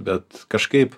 bet kažkaip